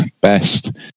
best